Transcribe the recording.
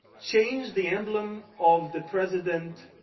changed the emblem of the president.